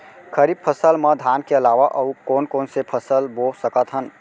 खरीफ फसल मा धान के अलावा अऊ कोन कोन से फसल बो सकत हन?